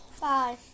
Bye